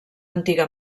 antiga